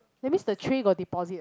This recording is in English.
that means the tray got deposit ah